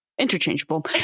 Interchangeable